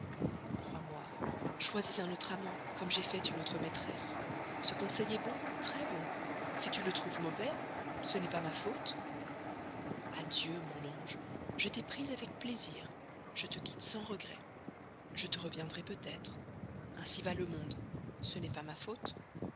crois-moi choisis un autre amant comme j'ai fait une autre maîtresse ce conseil est bon très bon si tu le trouves mauvais ce n'est pas ma faute adieu mon ange je t'ai prise avec plaisir je te quitte sans regret je te reviendrai peut-être ainsi va le monde ce n'est pas ma faute